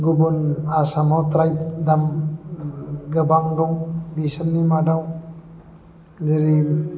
गुबुन आसामाव ट्राइब गोबां दं बिसोरनि मादाव जेरै